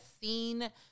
seen